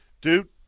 Dude